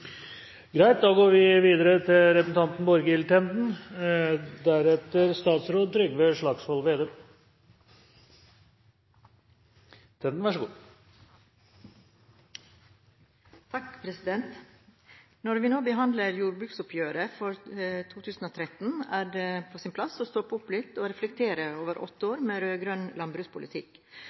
Da har representanten Steinar Reiten tatt opp det forslaget som han refererte til. Når vi nå behandler jordbruksoppgjøret for 2013, er det på sin plass å stoppe opp litt og reflektere over åtte år med rød-grønn landbrukspolitikk.